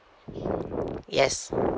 yes